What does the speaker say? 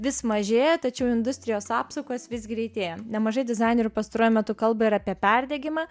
vis mažėja tačiau industrijos apsukos vis greitėja nemažai dizainerių pastaruoju metu kalba ir apie perdegimą